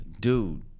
dude